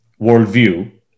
worldview